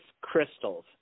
crystals